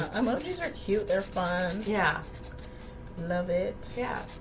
and love these are cute. they're fun. yeah love it yeah,